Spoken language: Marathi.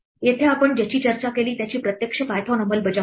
येथे आपण ज्याची चर्चा केली त्याची प्रत्यक्ष पायथन अंमलबजावणी आहे